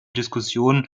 diskussion